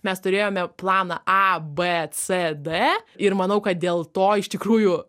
mes turėjome planą a b c d ir manau kad dėl to iš tikrųjų